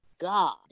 God